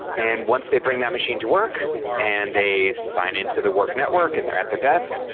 and once they bring that machine to work and they sign in to the work network and they're at the desk,